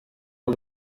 all